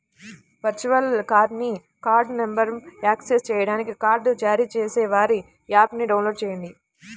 virtual కార్డ్ని card నంబర్ను access చేయడానికి కార్డ్ జారీ చేసేవారి యాప్ని డౌన్లోడ్ చేయండి